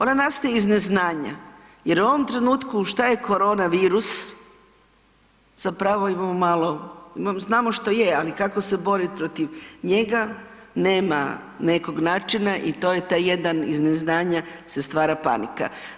Ona nastaje iz neznanja jer u ovom trenutku što je koronavirus zapravo imamo malo, znamo što je ali kako se boriti protiv njega nema nekog načina i to je taj jedan iz neznanja se stvara panika.